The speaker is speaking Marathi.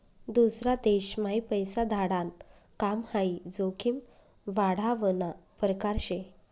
दूसरा देशम्हाई पैसा धाडाण काम हाई जोखीम वाढावना परकार शे